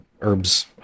herbs